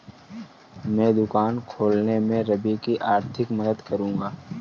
मैं दुकान खोलने में रवि की आर्थिक मदद करूंगा